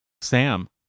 Sam